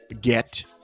get